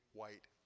white